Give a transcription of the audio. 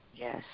Yes